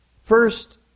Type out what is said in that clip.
First